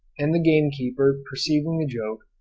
and the gamekeeper, perceiving the joke,